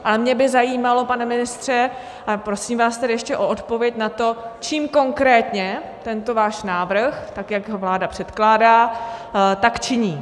Ale mě by zajímalo, pane ministře, a prosím vás tedy ještě o odpověď na to, čím konkrétně tento váš návrh, jak ho vláda předkládá, tak činí.